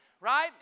Right